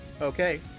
Okay